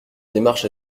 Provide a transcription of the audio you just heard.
démarche